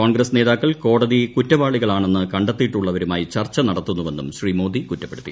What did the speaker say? കോൺഗ്രസ് നേതാക്കൾ കോടതി കുറ്റവാളികളെന്ന് കണ്ടെത്തിയിട്ടുള്ളവരുമായി ചർച്ച നടത്തുന്നുവെന്നും ശ്രീ മോദി കുറ്റപ്പെടുത്തി